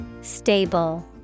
Stable